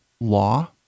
law